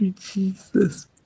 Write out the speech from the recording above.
Jesus